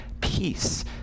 peace